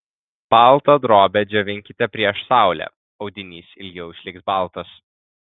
baltą drobę džiovinkite prieš saulę audinys ilgiau išliks baltas